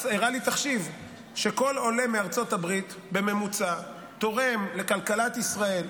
הראה לי תחשיב שכל עולה מארצות הברית בממוצע תורם לכלכלת ישראל,